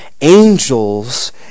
angels